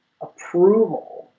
approval